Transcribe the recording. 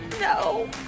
No